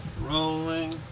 rolling